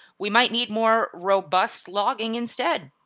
we might need more robust logging instead.